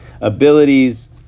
abilities